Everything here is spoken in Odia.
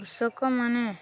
କୃଷକମାନେ